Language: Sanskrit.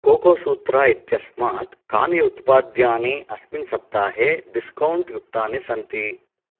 कोकोसूत्रा इत्यस्माात् कानि उत्पाद्यानि अस्मिन् सप्ताहे डिस्कौण्ट् युक्तानि सन्ति